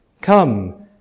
Come